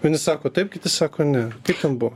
vieni sako taip kiti sako ne kaip ten buvo